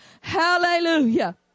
Hallelujah